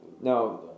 Now